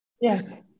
Yes